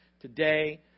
today